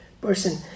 person